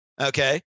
Okay